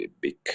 big